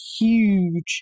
huge